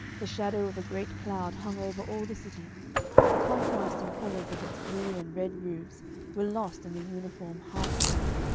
the shadow of a great cloud hung over all the city the contrasting colours of its blue and red roofs were lost in the uniform half-tint,